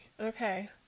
Okay